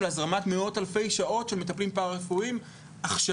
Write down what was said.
הזרמת מאות אלפי שעות של מטפלים פרא רפואיים עכשיו,